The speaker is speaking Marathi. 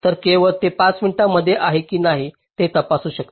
तर केवळ तेच 5 मध्ये आहे की नाही हे तपासू शकता